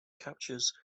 captures